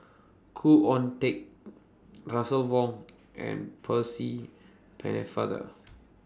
Khoo Oon Teik Russel Wong and Percy Pennefather